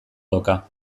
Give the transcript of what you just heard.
dauka